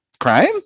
crime